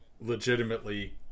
legitimately